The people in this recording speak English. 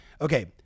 okay